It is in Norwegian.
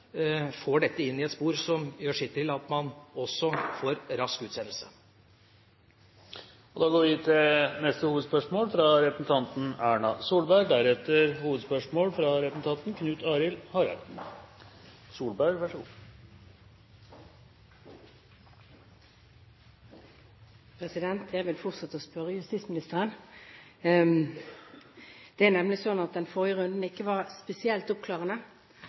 dette inn i et spor som gjør sitt til at man også får rask utsendelse. Vi går til neste hovedspørsmål. Jeg vil fortsette å spørre justisministeren. Det er nemlig sånn at den forrige runden ikke var spesielt oppklarende. Jeg har lyst først til å gratulere ministeren med den ene delen av det som ble lansert i går, nemlig